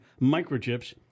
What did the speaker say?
microchips